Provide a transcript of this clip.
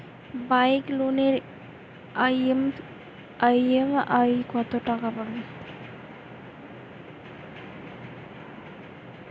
Bike লোনের EMI কত টাকা পড়বে?